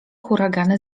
huragany